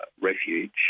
refuge